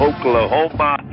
Oklahoma